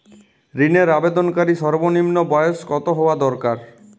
ঋণের আবেদনকারী সর্বনিন্ম বয়স কতো হওয়া দরকার?